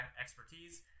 expertise